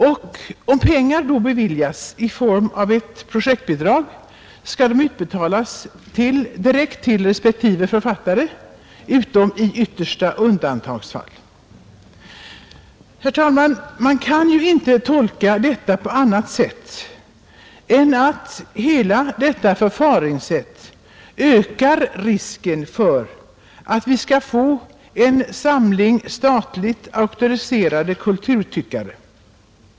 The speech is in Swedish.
Och om pengar då beviljas i form av ett projektbidrag, skall dessa — utom i yttersta undantagsfall — utbetalas direkt till respektive författare. Herr talman! Man kan ju inte tolka hela detta förfaringssätt på annat vis än så att det ökar risken för att vi skall få en samling statligt auktoriserade kulturtyckare.